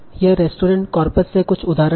यह restaurant corpus से कुछ उदाहरण है